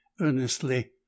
earnestly